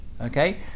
Okay